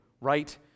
right